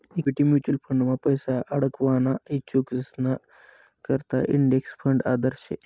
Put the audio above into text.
equity mutual फंडमा पैसा आडकवाना इच्छुकेसना करता इंडेक्स फंड आदर्श शे